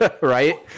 right